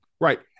right